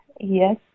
Yes